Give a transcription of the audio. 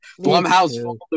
Blumhouse